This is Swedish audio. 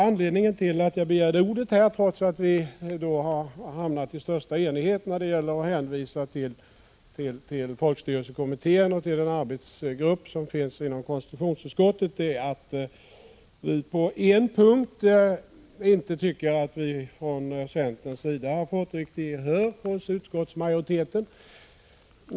Anledningen till att jag begärde ordet trots att vi har hamnat i största enighet när det gäller att hänvisa till folkstyrelsekommittén och till den arbetsgrupp som finns inom konstitutionsutskottet är att vi på en punkt inte tycker att vi från centerns sida har fått riktigt gehör hos utskottsmajoriteten.